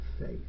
faith